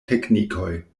teknikoj